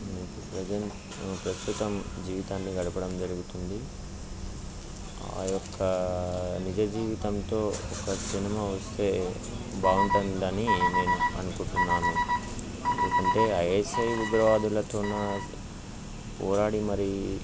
present ప్రస్తుతం జీవితాన్ని గడపడం జరుగుతుంది ఆ యొక్క నిజ జీవితంతో ఒక సినిమా వస్తే బాగుంటుందని నేను అనుకుంటున్నాను ఎందుకంటే ఐఎస్ఐ ఉగ్రవాదులతో పోరాడి మరి